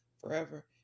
forever